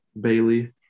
Bailey